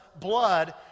blood